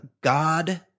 God